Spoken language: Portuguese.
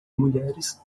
mulheres